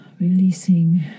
releasing